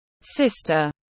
sister